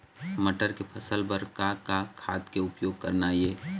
मटर के फसल बर का का खाद के उपयोग करना ये?